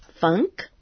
funk